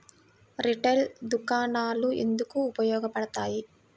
Retail దుకాణాలు ఎందుకు ఉపయోగ పడతాయి?